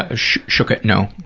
ah shook it no?